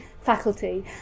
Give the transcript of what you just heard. faculty